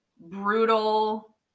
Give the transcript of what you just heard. brutal